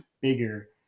bigger